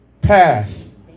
pass